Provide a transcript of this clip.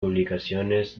publicaciones